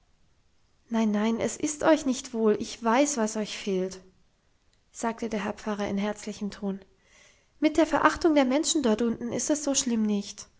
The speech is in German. nein nein es ist euch nicht wohl ich weiß was euch fehlt sagte der herr pfarrer mit herzlichem ton mit der verachtung der menschen dort unten ist es so schlimm nicht